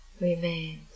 remains